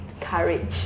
courage